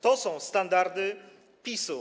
To są standardy PiS-u.